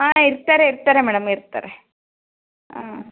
ಹಾಂ ಇರ್ತಾರೆ ಇರ್ತಾರೆ ಮೇಡಮ್ ಇರ್ತಾರೆ ಹಾಂ